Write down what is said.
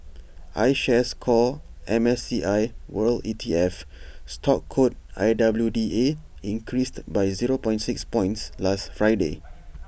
I shares core M S C I world E T F stock code I W D A increased by zero point six points last Friday